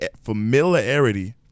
Familiarity